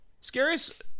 Scariest